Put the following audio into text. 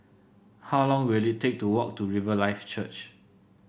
how long will it take to walk to Riverlife Church